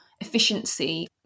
efficiency